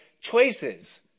choices